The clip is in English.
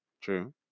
True